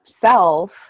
self